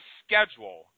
schedule